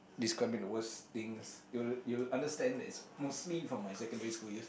it contains the worst things you'll you'll understand it's mostly from my secondary school years